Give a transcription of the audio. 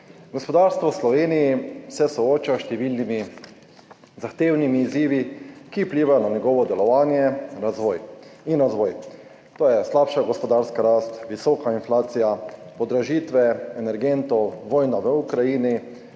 gospodarstvo v Sloveniji se sooča s številnimi zahtevnimi izzivi, ki vplivajo na njegovo delovanje in razvoj. To so slabša gospodarska rast, visoka inflacija, podražitve energentov, vojna v Ukrajini,